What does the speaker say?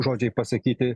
žodžiai pasakyti